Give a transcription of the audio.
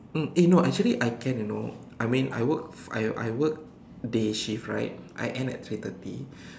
mm eh no actually I can you know I mean I work I I work day shift right I end at three thirty